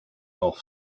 off